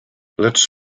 lecz